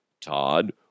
Todd